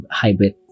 hybrid